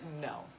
no